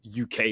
UK